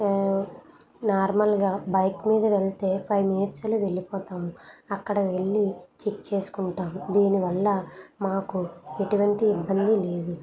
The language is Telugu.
నార్మల్గా బైక్ మీద వెళితే ఫైవ్ మినిట్స్లో వెళ్ళిపోతాము అక్కడ వెళ్ళి చెక్ చేసుకుంటాము దీనివల్ల మాకు ఎటువంటి ఇబ్బందీ లేదు